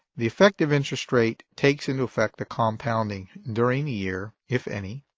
the effective interest rate takes into effect the compounding during the year, if any.